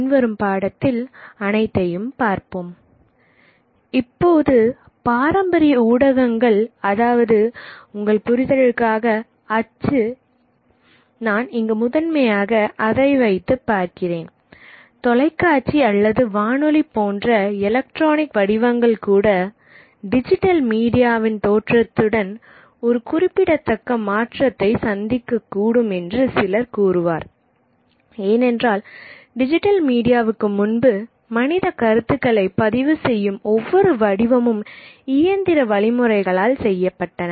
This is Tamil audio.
பின்வரும் பாடத்தில் அனைத்தையும் பார்ப்போம் இப்போது பாரம்பரிய ஊடகங்கள் அதாவது உங்கள் புரிதலுக்காக அச்சு நான் இங்கு முதன்மையாக அதை வைத்து பார்க்கிறேன் தொலைக்காட்சி அல்லது வானொலி போன்ற எலக்ட்ரானிக் வடிவங்கள் கூட டிஜிட்டல் மீடியாவில் தோற்றத்துடன் ஒரு குறிப்பிடத்தக்க மாற்றத்தை சந்திக்கக்கூடும் என்று சிலர் கூறுவார் ஏனென்றால் டிஜிட்டல் மீடியாவுக்கு முன்பு மனித கருத்துகளை பதிவு செய்யும் ஒவ்வொரு வடிவமும் இயந்திர வழிமுறைகளால் செய்யப்பட்டன